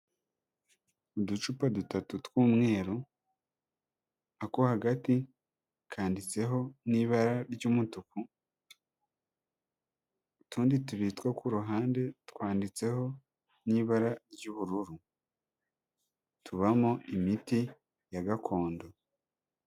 Uducupa dutatu tw'umweru, ako hagati kanditseho n'ibara ry'umutuku, utundi tubiri two ku ruhande twanditseho n'ibara ry'ubururu, tubamo imiti ya gakondo.